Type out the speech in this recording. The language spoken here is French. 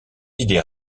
idées